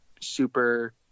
super